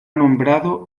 nombrado